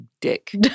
dick